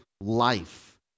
life